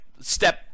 step